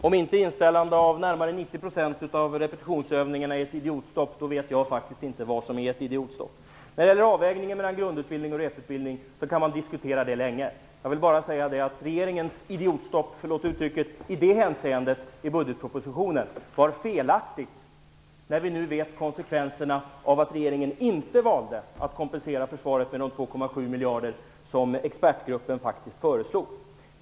Fru talman! Om inte inställande av närmare 90 % av repetitionsövningarna är ett idiotstopp vet jag inte vad som är ett idiotstopp. Avvägningen mellan grundutbildning och reputbildning kan vi diskutera länge. Jag vill bara säga att regeringens idiotstopp - förlåt uttrycket - i det hänseendet i budgetpropositionen var felaktigt när vi nu känner till konsekvenserna av att regeringen inte valde att kompensera försvaret med de 2,7 miljarder som expertgruppen faktiskt föreslog.